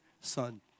Son